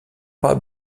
pas